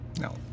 No